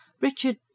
Richard